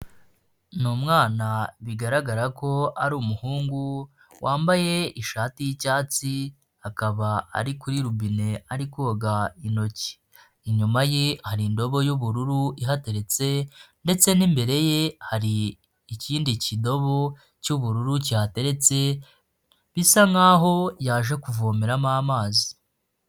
Ni umwana bigaragara ko ari umuhungu wambaye ishati y’icyatsi, akaba ari kuri robine ari koga intoki. Inyuma ye hari indobo y’ubururu ihagaritse ndetse n'imbere ye hari ikindi kidobo cy'ubururu cyihateretse, bisa nk’aho yaje kuvomeramo amazi.